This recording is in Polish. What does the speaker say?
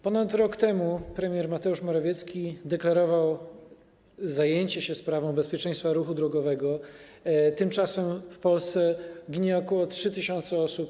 Ponad rok temu premier Mateusz Morawiecki deklarował zajęcie się sprawą bezpieczeństwa ruchu drogowego, tymczasem na polskich drogach ginie ok. 3 tys. osób.